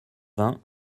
vingt